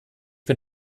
bin